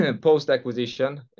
Post-acquisition